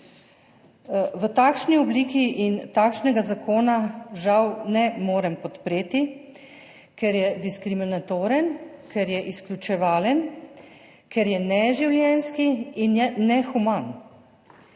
V takšni obliki in takšnega zakona žal ne morem podpreti, ker je diskriminatoren, ker je izključevalen, ker je neživljenjski in je nehuman.